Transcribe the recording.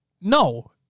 no